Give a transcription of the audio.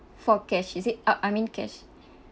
for cash is it uh I mean cash